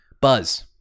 Buzz